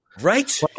Right